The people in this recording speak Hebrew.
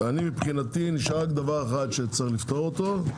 מבחינתי נשאר רק דבר אחד שצריך לפתור אותו.